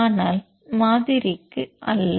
ஆனால் மாதிரிக்கு அல்ல